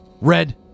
Red